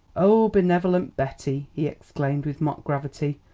o benevolent betty! he exclaimed with mock gravity.